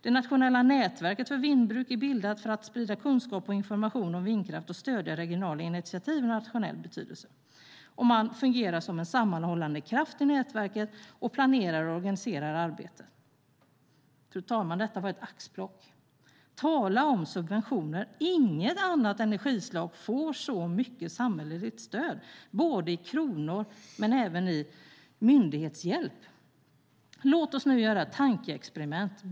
Det nationella Nätverket för vindbruk är bildat för att "sprida kunskap och information om vindkraft och stödja regionala initiativ av nationell betydelse". Energimyndigheten fungerar som sammanhållande kraft i nätverket samt planerar och organiserar arbetet. Fru talman! Detta var ett axplock. Tala om subventioner! Inget annat energislag får så mycket samhälleligt stöd i kronor och i myndighetshjälp. Låt oss göra ett tankeexperiment.